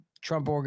Trump